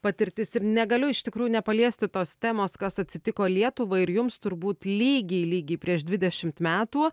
patirtis ir negaliu iš tikrųjų nepaliesti tos temos kas atsitiko lietuvai ir jums turbūt lygiai lygiai prieš dvidešimt metų